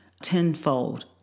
tenfold